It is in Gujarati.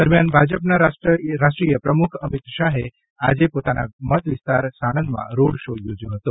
દરમિયાન ભાજપના રાષ્ટ્રીય પ્રમુખ અમિત શાહે આજે પોતાના મતવિસ્તાર સાણંદમાં રોડ શો યોજ્યો હતો